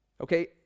Okay